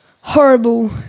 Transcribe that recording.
Horrible